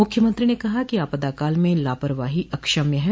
मुख्यमंत्री ने कहा कि आपदा काल में लापरवाहो अक्षम्य है